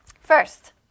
First